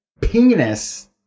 penis